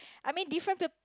I mean different